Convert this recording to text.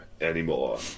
anymore